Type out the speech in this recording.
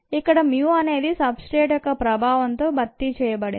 ఇక్కడ mu అనేది substrate యొక్క ప్రభావంతో భర్తీచేయబడింది